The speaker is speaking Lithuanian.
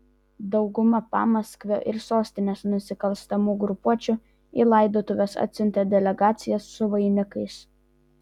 dauguma pamaskvio ir sostinės nusikalstamų grupuočių į laidotuves atsiuntė delegacijas su vainikais